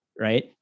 right